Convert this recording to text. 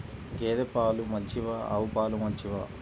గేద పాలు మంచివా ఆవు పాలు మంచివా?